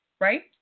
right